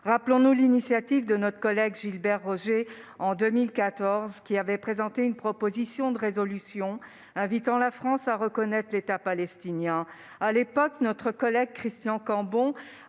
Rappelons-nous l'initiative de notre collègue Gilbert Roger, qui avait présenté en 2014 une proposition de résolution invitant la France à reconnaître l'État palestinien. À l'époque, Christian Cambon